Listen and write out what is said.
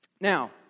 Now